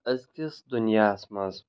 أزکِس دُنیاہَس منٛز